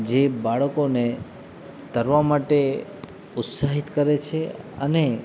જે બાળકોને તરવામાં માટે ઉત્સાહિત કરે છે અને